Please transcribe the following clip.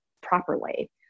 properly